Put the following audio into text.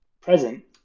present